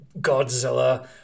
Godzilla